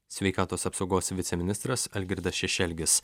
sveikatos apsaugos viceministras algirdas šešelgis